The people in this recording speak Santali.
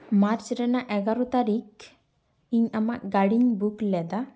ᱢᱟᱨᱪ ᱨᱮᱱᱟᱜ ᱮᱜᱟᱨᱳ ᱛᱟᱹᱨᱤᱠᱷ ᱤᱧ ᱟᱢᱟᱜ ᱜᱟᱹᱰᱤᱧ ᱵᱩᱠ ᱞᱮᱫᱟ